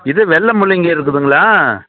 இது வெள்ளை முள்ளங்கி இருக்குதுங்களா